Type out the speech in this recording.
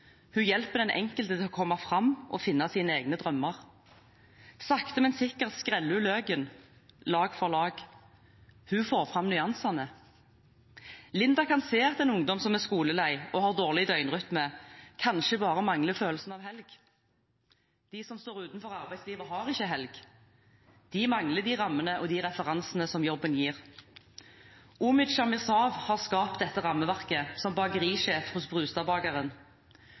Hun hjelper den enkelte å komme fram og finne sine egne drømmer. Sakte men sikkert skreller hun løken, lag for lag. Hun får fram nyansene. Linda kan se at en ungdom som er skolelei og har dårlig døgnrytme, kanskje bare mangler følelsen av helg. De som står utenfor arbeidslivet, har ikke helg. De mangler de rammene og referansene som jobben gir. Umid Shamairzaev har skapt dette rammeverket, som bakerisjef hos